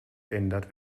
ändert